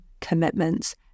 commitments